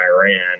Iran